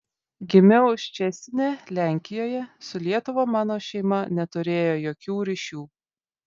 gimiau ščecine lenkijoje su lietuva mano šeima neturėjo jokių ryšių